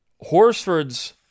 Horsford's